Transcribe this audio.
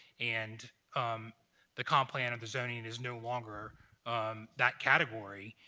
and um the comp plan or the zoning and is no longer that category,